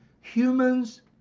humans